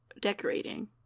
Decorating